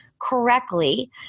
correctly